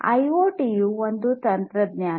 IoT ಯು ಒಂದು ತಂತ್ರಜ್ಞಾನ